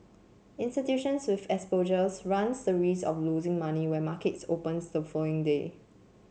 institutions with exposures run the risk of losing money when markets opens the following day